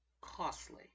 costly